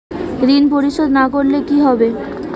ঋণ পরিশোধ না করলে কি হবে?